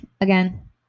again